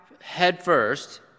headfirst